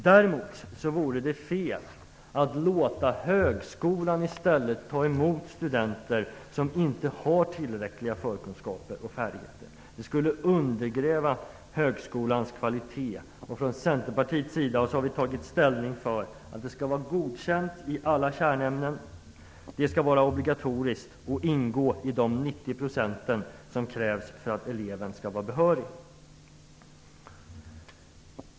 Däremot vore det fel att låta högskolan ta emot studenter som inte har tillräckliga förkunskaper och färdigheter. Det skulle undergräva högskolans kvalitet. Vi i Centerpartiet har tagit ställning för att det skall vara godkänt i alla kärnämnen. Det skall vara obligatoriskt och ingå i de 90 procent som krävs för att eleven skall vara behörig.